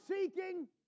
seeking